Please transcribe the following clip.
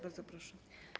Bardzo proszę.